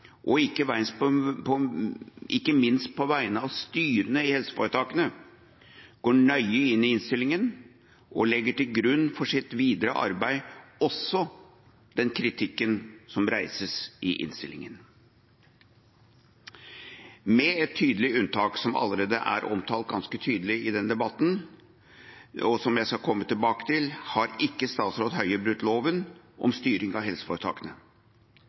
og ikke minst på vegne av styrene i helseforetakene, går nøye inn i innstillinga og legger til grunn for sitt videre arbeid også den kritikken som reises i innstillinga. Med ett tydelig unntak, som allerede er omtalt ganske tydelig i denne debatten, og som jeg skal komme tilbake til, har ikke statsråd Høie brutt loven om styring av helseforetakene.